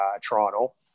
Toronto